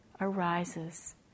arises